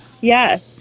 Yes